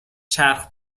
چرخ